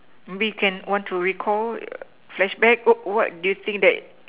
maybe you can want to recall flashback what do you think that